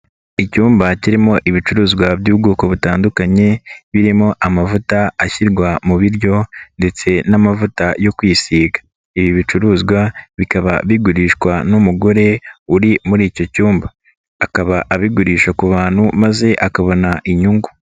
Icyumba kirimo ibicuruzwa by'ubwoko butandukanye, birimo amavuta ashyirwa mu biryo ndetse n'amavuta yo kwisiga. Ibi bicuruzwa bikaba bigurishwa n'umugore uri muri icyo cyumba, akaba abigurisha ku bantu maze akabona inyungu.